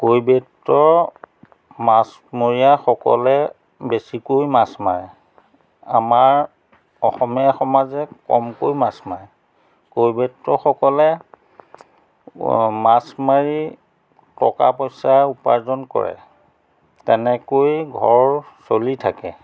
কৈবেত্ৰ মাছমৰীয়াসকলে বেছিকৈ মাছ মাৰে আমাৰ অসমীয়া সমাজে কমকৈ মাছ মাৰে কৈবেত্ৰসকলে মাছ মাৰি টকা পইচা উপাৰ্জন কৰে তেনেকৈ ঘৰ চলি থাকে